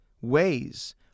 ways